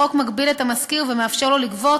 החוק מגביל את המשכיר ומאפשר לו לגבות